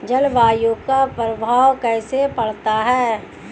जलवायु का प्रभाव कैसे पड़ता है?